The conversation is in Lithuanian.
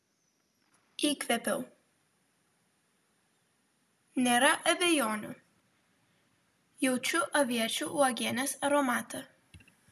įkvėpiau nėra abejonių jaučiu aviečių uogienės aromatą